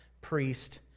priest